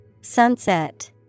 Sunset